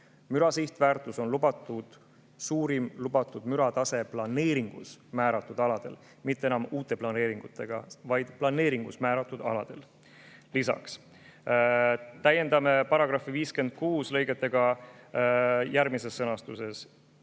müra sihtväärtus – suurim lubatud müratase planeeringus määratud aladel." Mitte enam uute planeeringutega [aladel], vaid planeeringus määratud aladel. Lisaks täiendame § 56 lõigetega järgmises sõnastuses: